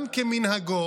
עולם כמנהגו